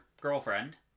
girlfriend